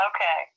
Okay